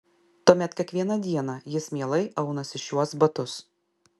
tuomet kiekvieną dieną jis mielai aunasi šiuos batus